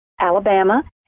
Alabama